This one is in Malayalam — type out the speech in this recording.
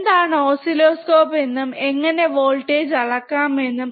എന്താണ് ഓസ്സിലോസ്കോപ്പ് എന്നും എങ്ങനെ വോൾടേജ് അളക്കാമെന്നും